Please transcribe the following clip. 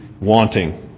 wanting